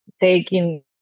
taking